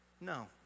No